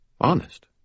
Honest